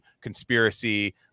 conspiracy